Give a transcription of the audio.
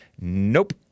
Nope